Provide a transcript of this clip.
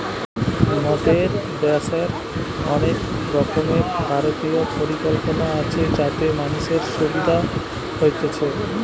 মোদের দ্যাশের অনেক রকমের ভারতীয় পরিকল্পনা আছে যাতে মানুষের সুবিধা হতিছে